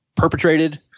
perpetrated